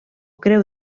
creu